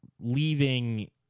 leaving